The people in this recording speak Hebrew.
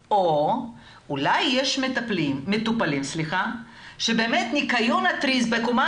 אולי יש מטופלים שבאמת ניקיון התריס בקומה